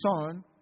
Son